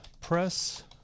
press